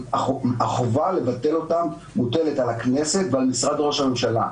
החובה לבטל אותם מוטלת על הכנסת ועל משרד ראש הממשלה.